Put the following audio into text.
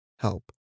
help